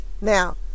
Now